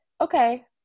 Okay